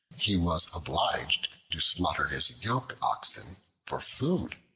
he was obliged to slaughter his yoke oxen for food.